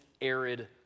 arid